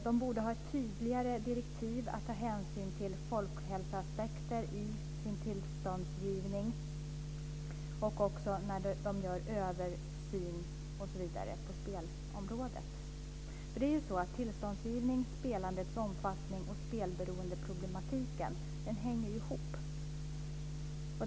Den borde ha tydligare direktiv om folkhälsoaspekter i sin tillståndsgivning och även bl.a. för sitt översynsarbete på spelområdet. Det är ju så att tillståndsgivning, spelandets omfattning och spelberoendeproblematiken hänger ihop.